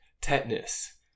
tetanus